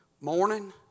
morning